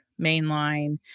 mainline